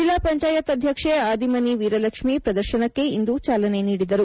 ಜಿಲ್ಲಾ ಪಂಚಾಯತ್ ಅಧ್ಯಕ್ಷೆ ಆದಿಮನಿ ವೀರಲಕ್ಷ್ಮೀ ಪ್ರದರ್ಶನಕ್ಕೆ ಇಂದು ಚಾಲನೆನೀಡಿದರು